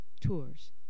Tours